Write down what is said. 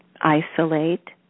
isolate